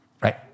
right